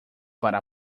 para